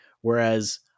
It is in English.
whereas